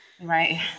Right